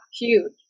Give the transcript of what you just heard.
Huge